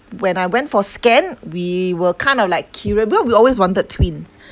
when I went for scan we were kind of like curio~ because we always wanted twins